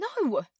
No